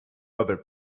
other